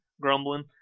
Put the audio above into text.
grumbling